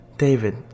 David